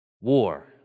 war